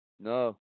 No